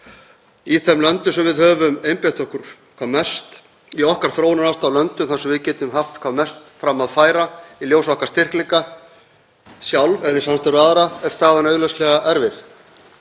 Í þeim löndum sem við höfum einbeitt okkur hvað mest að, í okkar þróunaraðstoðarlöndum, þar sem við getum haft hvað mest fram að færa í ljósi okkar styrkleika eða í samstarfi við aðra, er staðan augljóslega erfið.